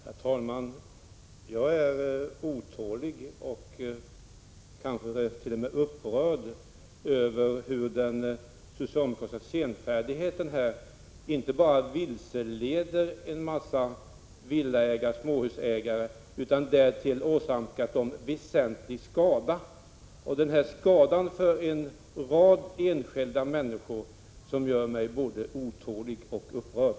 Herr talman! Ja, jag är otålig. Kanske är jag t.o.m. upprörd över hur den socialdemokratiska senfärdigheten här inte bara vilseleder en mängd villaägare och småhusägare utan också åsamkat dem väsentlig skada. Det är denna skada som en rad människor alltså åsamkats som gör mig både otålig och upprörd.